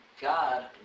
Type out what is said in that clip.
God